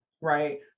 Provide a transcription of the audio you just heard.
right